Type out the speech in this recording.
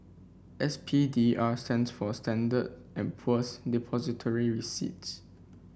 S P D R stands for Standard and Poor's Depository Receipts